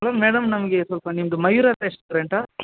hello madam ನಮಗೆ ಸ್ವಲ್ಪ ನಿಮ್ಮದು ಮಯೂರ ರೆಸ್ಟೋರೆಂಟಾ